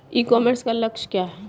ई commerce का लक्ष्य क्या है?